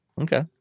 Okay